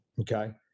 Okay